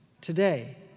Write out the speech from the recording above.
today